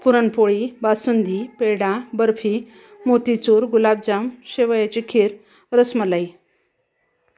पुरणपोळी बासुंदी पेडा बर्फी मोतीचूर गुलाबजाम शेवयाची खीर रसमलाई